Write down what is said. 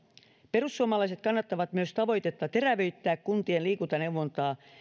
perussuomalaiset kannattavat myös tavoitetta terävöittää kuntien liikuntaneuvontaa